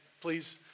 please